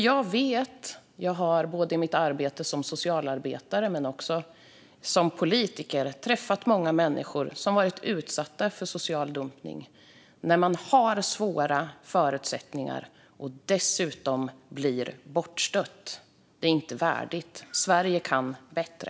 Jag vet, och jag har både i mitt arbete som socialarbetare och som politiker träffat många människor som har varit utsatta för social dumpning när de har svåra förutsättningar och dessutom blir bortstötta. Det är inte värdigt. Sverige kan bättre.